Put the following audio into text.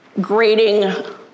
grading